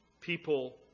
People